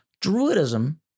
Druidism